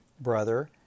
brother